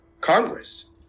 Congress